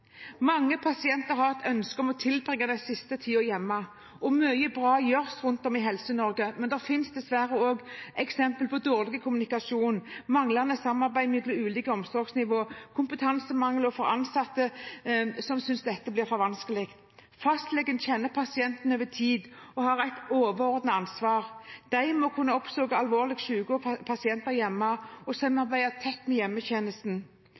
Mange pasienter har et ønske om å tilbringe den siste tiden hjemme. Mye bra gjøres rundt om i Helse-Norge, men det finnes dessverre også eksempel på dårlig kommunikasjon, manglende samarbeid mellom de ulike omsorgsnivåene, kompetansemangel og for få ansatte, som kan gjøre dette vanskelig. Fastlegen kjenner pasienten over tid og har et overordnet ansvar. De må kunne oppsøke alvorlig syke pasienter hjemme og samarbeide tett med hjemmetjenesten.